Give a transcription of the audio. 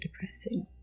depressing